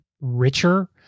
richer